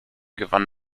gewann